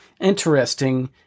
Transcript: interesting